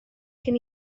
cyn